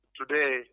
today